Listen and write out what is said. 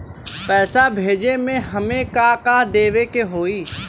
पैसा भेजे में हमे का का देवे के होई?